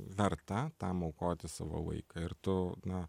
verta tam aukoti savo laiką ir tu na